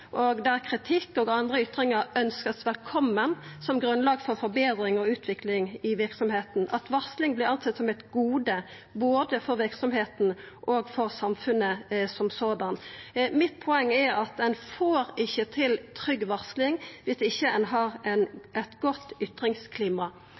og hvor kritikk og andre ytringer ønskes velkommen som grunnlag for forbedring og utvikling i virksomheten». Ein skriv vidare at varsling «anses som et gode, både for virksomhetene og for samfunnet». Mitt poeng er at ein får ikkje til trygg varsling om ein ikkje har